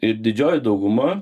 ir didžioji dauguma